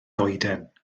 goeden